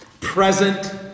present